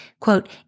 Quote